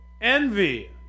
envy